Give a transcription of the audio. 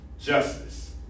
justice